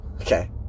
okay